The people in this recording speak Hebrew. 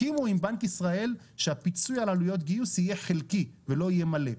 הסכימו עם בנק ישראל שהפיצוי על עלויות גיוס יהיה חלקי ולא יהיה מלא.